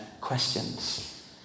questions